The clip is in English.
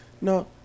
No